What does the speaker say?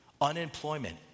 unemployment